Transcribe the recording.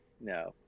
no